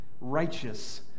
righteous